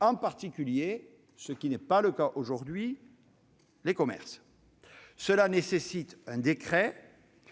en particulier- ce n'est pas le cas aujourd'hui -les commerces. Cette mesure nécessite un décret,